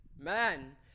Man